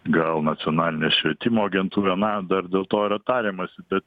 gal nacionalinė švietimo agentūra na dar dėl toyra tariamasi bet